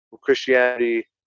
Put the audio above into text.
Christianity